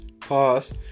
Pause